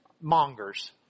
mongers